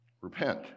Repent